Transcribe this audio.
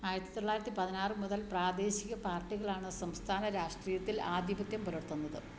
ആയിരത്തി തൊള്ളായിരത്തി പതിനാറ് മുതൽ പ്രാദേശിക പാർട്ടികളാണ് സംസ്ഥാന രാഷ്ട്രീയത്തിൽ ആധിപത്യം പുലർത്തുന്നത്